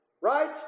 right